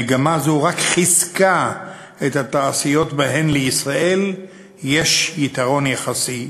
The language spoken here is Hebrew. מגמה זו רק חיזקה את התעשיות שבהן לישראל יש יתרון יחסי,